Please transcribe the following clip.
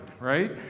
right